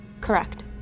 Correct